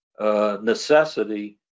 Necessity